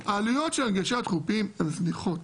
העלויות של הגשה חופית הן זניחות.